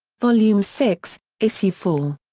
volume six, issue four.